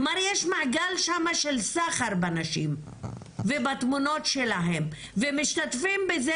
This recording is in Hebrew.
כלומר יש מעגל שם של סחר בנשים ובתמונות שלהן ומשתתפים בזה,